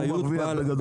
הסיסמאות האלה.